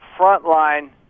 frontline